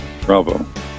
Bravo